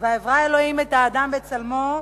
"ויברא אלוהים את האדם בצלמו,